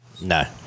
No